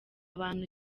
abantu